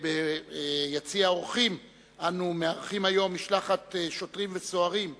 ביציע האורחים אנו מארחים היום משלחת שוטרים וסוהרים,